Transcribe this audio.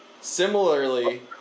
similarly